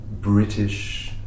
British